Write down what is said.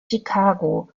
chicago